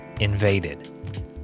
Invaded